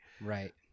Right